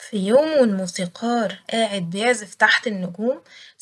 ف يوم والموسيقار قاعد بيعزف تحت النجوم ،